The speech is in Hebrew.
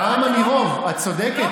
בעם אני רוב, את צודקת.